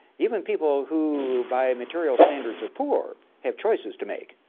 even people who, by material standards are poor have choices to make.